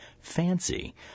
fancy